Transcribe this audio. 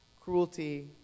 cruelty